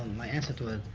my answer to it,